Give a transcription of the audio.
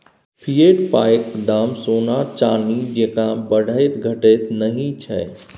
fiat पायक दाम सोना चानी जेंका बढ़ैत घटैत नहि छै